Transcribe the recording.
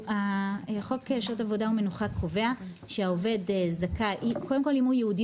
חוק שעות עבודה ומנוחה קובע שאם הוא יהודי